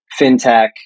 fintech